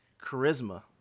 Charisma